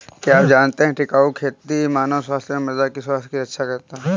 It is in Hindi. क्या आप जानते है टिकाऊ खेती मानव स्वास्थ्य एवं मृदा की स्वास्थ्य की रक्षा करता हैं?